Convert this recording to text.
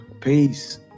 peace